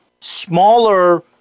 smaller